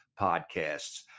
podcasts